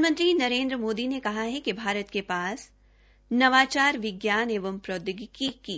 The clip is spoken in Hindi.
प्रधानमंत्री नरेन्द्र मोदी ने कहा है कि भारत के शास नवाचार विज्ञान एवं प्रौद्योगिकी की